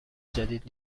جدید